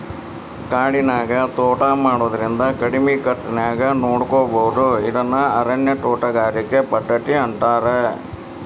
ಕಾಡಿನ್ಯಾಗ ತೋಟಾ ಮಾಡೋದ್ರಿಂದ ಕಡಿಮಿ ಖರ್ಚಾನ್ಯಾಗ ನೋಡ್ಕೋಬೋದು ಇದನ್ನ ಅರಣ್ಯ ತೋಟಗಾರಿಕೆ ಪದ್ಧತಿ ಅಂತಾರ